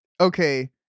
Okay